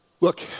Look